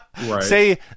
Say